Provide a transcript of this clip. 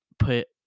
put